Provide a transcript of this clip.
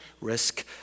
risk